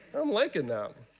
i'm liking that.